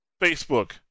Facebook